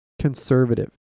conservative